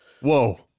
Whoa